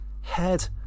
head